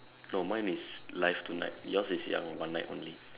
no mine is live tonight yours is yang one night only